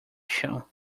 chão